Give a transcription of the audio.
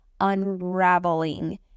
unraveling